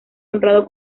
honrado